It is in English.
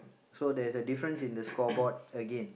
so there's a difference in the scoreboard again